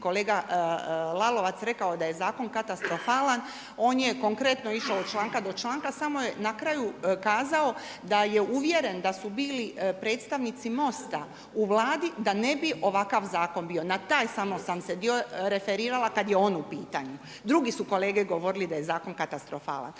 kolega Lalovac rekao da je zakon katastrofalan. On je konkretno išao od članka do članka samo je na kraju kazao da je uvjeren da su bili predstavnici MOST-a u Vladi da ne bi ovakav zakon bio. Na taj samo sam se dio referirala kada je on u pitanju. Drugi su kolege govorili da je zakon katastrofalan.